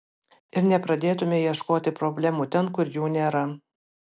ir nepradėtumei ieškoti problemų ten kur jų nėra